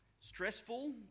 stressful